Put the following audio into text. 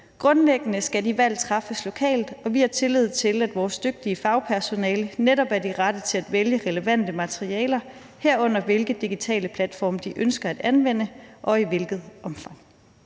Grundlæggende skal de valg træffes lokalt, og vi har tillid til, at vores dygtige fagpersonale netop er de rette til at vælge relevante materialer, herunder hvilke digitale platforme de ønsker at anvende og i hvilket omfang.«